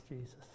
Jesus